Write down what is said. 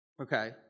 okay